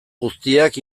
guztiak